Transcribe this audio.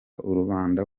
rubanda